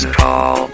call